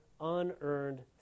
unearned